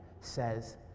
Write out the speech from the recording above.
says